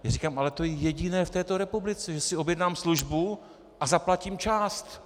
Já říkám, ale to je jediné v této republice, že si objednám službu a zaplatím část.